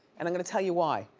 and i'm gonna tell you why.